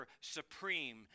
supreme